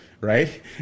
right